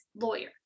lawyer